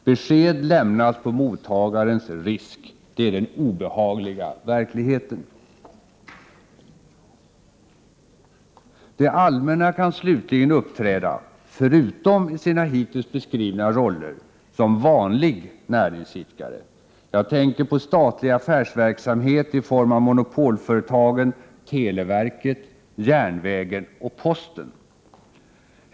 Besked lämnas på mottagarens risk, det är den obehagliga verkligheten. Det allmänna kan slutligen uppträda — förutom i sina hittills beskrivna roller — som vanlig näringsidkare. Jag tänker på statlig affärsverksamhet i form av monopolföretagen, televerket, järnvägen och posten.